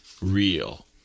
real